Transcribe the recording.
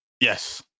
Yes